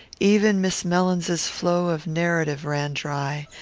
even miss mellins's flow of narrative ran dry,